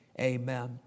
amen